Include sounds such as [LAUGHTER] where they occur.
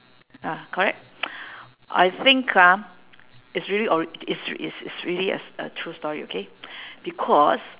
ah correct [NOISE] I think ah is really ori~ it's it's it's really a s~ a true story okay [NOISE] because